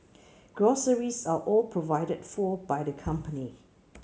groceries are all provided for by the company